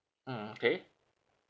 mm okay